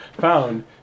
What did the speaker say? found